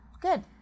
Good